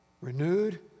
renewed